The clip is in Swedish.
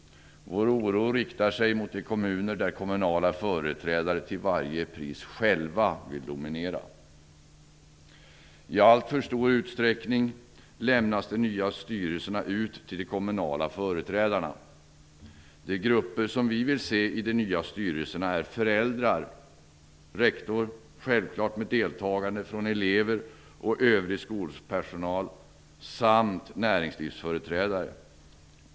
Vår oro riktar sig mot de kommuner där kommunala företrädare till varje pris själva vill dominera. I alltför stor utsträckning lämnas de nya styrelserna ut till de kommunala företrädarna. De grupper som vi vill se i de nya styrelserna är föräldrar, rektor, självklart också elever, övrig skolpersonal och näringslivsföreträdare.